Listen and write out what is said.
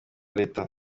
leta